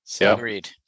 Agreed